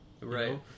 right